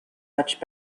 much